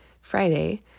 Friday